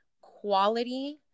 quality